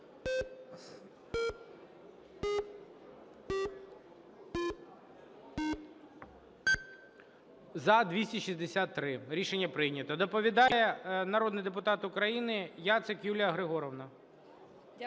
За-263 Рішення прийнято. Доповідає народний депутат України Яцик Юлія Григорівна.